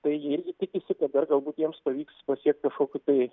tai jie irgi tikisi kad dar galbūt jiems pavyks pasiekti kažkokių tai